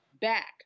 back